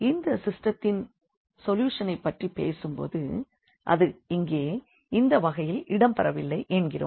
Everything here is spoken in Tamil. இந்த சிஸ்டத்தின் சொல்யூஷனைப் பற்றிப் பேசும்போது இது இங்கே இந்த வகையில் இடம் பெறவில்லை என்கிறோம்